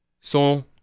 sont